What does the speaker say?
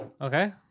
Okay